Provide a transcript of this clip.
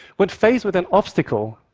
when faced with an obstacle,